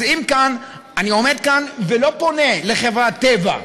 אז אני עומד כאן ולא פונה לחברת טבע,